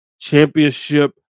championship